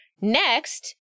Next